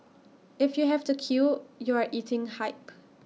if you have to queue you are eating hype